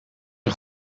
een